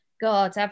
God